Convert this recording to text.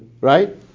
right